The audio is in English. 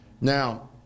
Now